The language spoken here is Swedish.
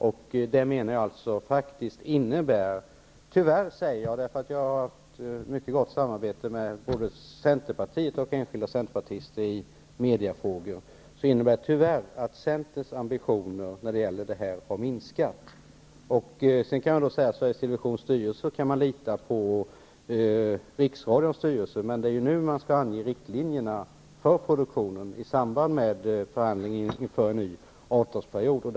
Tyvärr innebär detta -- jag säger tyvärr, eftersom jag har haft ett mycket gott samarbete med både Centerpartiet och enskilda centerpartister i mediafrågor -- att Centerns ambitioner i fråga om detta har minskat. Sedan kan man fråga om man kan lita på Riksradions styrelse. Det är nu, i samband med förhandlingarna inför en ny avtalsperiod, som man skall ange riktlinjerna för produktionen.